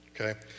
Okay